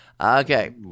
okay